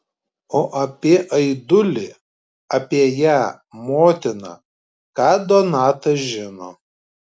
o apie aidulį apie ją motiną ką donata žino